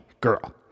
Girl